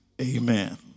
Amen